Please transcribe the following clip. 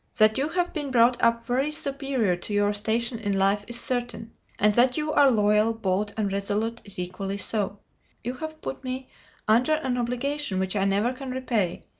that you have been brought up very superior to your station in life is certain and that you are loyal, bold, and resolute is equally so you have put me under an obligation which i never can repay,